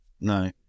no